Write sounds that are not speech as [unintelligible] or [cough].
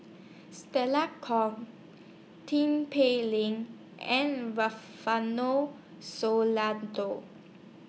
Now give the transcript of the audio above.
Stella Kon Tin Pei Ling and Rufino [unintelligible]